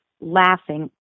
laughing